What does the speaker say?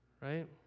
Right